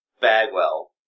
Bagwell